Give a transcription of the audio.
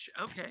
okay